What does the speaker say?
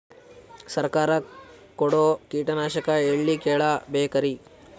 ಸರಕಾರ ಕೊಡೋ ಕೀಟನಾಶಕ ಎಳ್ಳಿ ಕೇಳ ಬೇಕರಿ?